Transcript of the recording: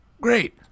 Great